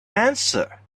answer